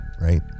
right